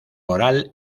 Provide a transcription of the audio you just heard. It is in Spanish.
oral